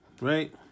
right